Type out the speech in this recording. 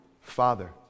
Father